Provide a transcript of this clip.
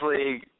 League